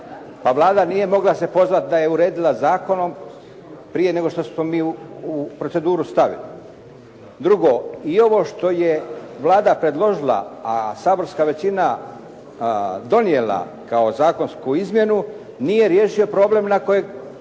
pa Vlada nije se mogla pozvati da je uredila zakonom prije nego što smo mi to u proceduru stavili. Drugo, i ovo što je Vlada predložila a saborska većina donijela kao zakonsku izmjenu nije riješio problem na kojeg